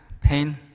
pain